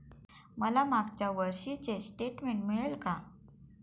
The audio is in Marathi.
मला मागच्या वर्षीचे स्टेटमेंट मिळेल का?